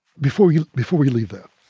before we before we leave that.